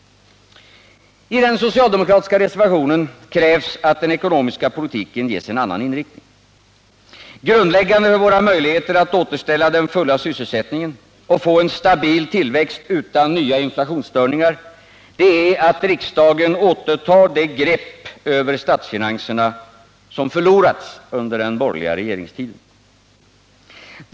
I den socialdemokratiska reservationen krävs att den ekonomiska politiken ges en annan inriktning. Grundläggande för våra möjligheter att återställa den fulla sysselsättningen och få en stabil tillväxt utan nya inflationsstörningar är att riksdagen återtar det grepp över statsfinanserna som förlorats under den borgerliga regeringstiden.